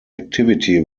activity